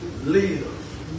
live